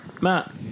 Matt